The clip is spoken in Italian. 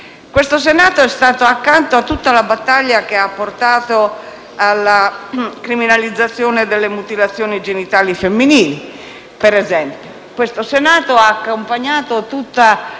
Questo Senato è stato accanto a tutta la battaglia che ha portato alla criminalizzazione delle mutilazioni genitali femminili, per esempio. Questo Senato ha accompagnato tutta